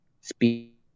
speed